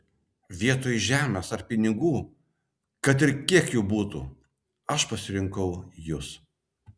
vietoj žemės ar pinigų kad ir kiek jų būtų aš pasirinkau jus